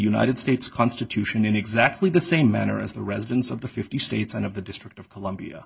united states constitution in exactly the same manner as the residents of the fifty states and of the district of columbia